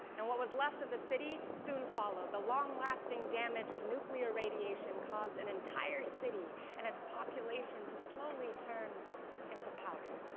and what was left of the city soon followed. the long-lasting damage of nuclear radiation caused an entire city and its population to slowly turn into powder.